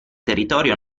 territorio